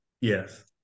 Yes